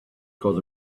because